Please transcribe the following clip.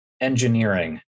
engineering